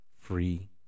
free